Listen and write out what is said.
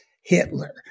Hitler